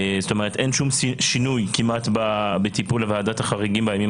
אין שום שינוי בטיפול וועדת החריגים בימים